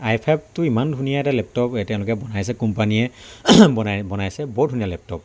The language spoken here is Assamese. আই ফাইভটো ইমান ধুনীয়া এটা লেপটপ তেওঁলোকে বনাইছে কোম্পানীয়ে বৰ ধুনীয়া লেপটপ